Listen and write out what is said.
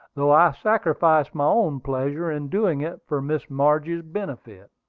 though i sacrificed my own pleasure in doing it for miss margie's benefit.